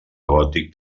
gòtic